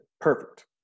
Perfect